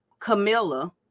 camilla